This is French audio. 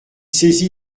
saisie